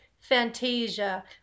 Fantasia